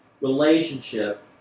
relationship